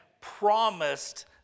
promised